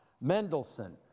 Mendelssohn